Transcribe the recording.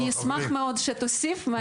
אשמח מאוד שתוסיף.